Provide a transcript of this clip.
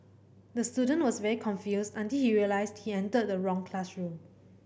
the student was very confused until he realised he entered the wrong classroom